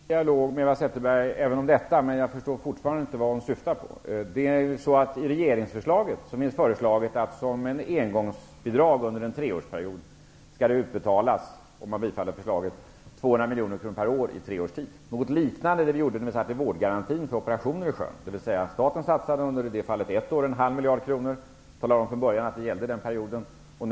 Fru talman! Jag för gärna en dialog med Eva Zetterberg också om detta, men jag förstår fortfarande inte vad hon syftar på. Om regeringsförslaget bifalls innebär det att ett engångsbidrag om 200 miljoner kronor per år skall utbetalas under tre års tid. Något liknande gjorde vi när vi sjösatte vårdgarantin för operationer. Staten satsade en halv miljard kronor under ett år och talade från början om att det var den perioden som gällde.